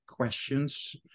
questions